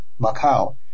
Macau